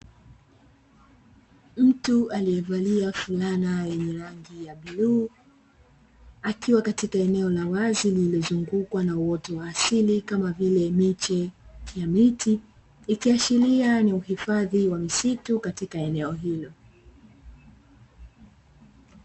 Mtu aliyevalia fulana yenye rangi ya bluu akiwa katika eneo la wazi lililozungukwa na uoto wa asili kama vile miche ya miti, ikiashiria ni hifadhi ya misitu katika hilo.